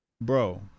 bro